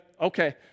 okay